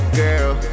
girl